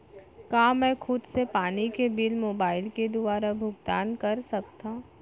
का मैं खुद से पानी के बिल मोबाईल के दुवारा भुगतान कर सकथव?